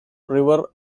river